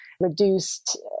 reduced